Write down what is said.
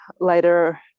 Later